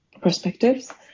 perspectives